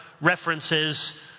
references